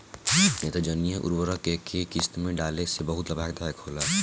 नेत्रजनीय उर्वरक के केय किस्त में डाले से बहुत लाभदायक होला?